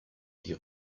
die